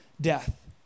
death